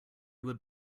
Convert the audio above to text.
would